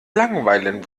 langweilen